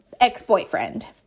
ex-boyfriend